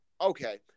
Okay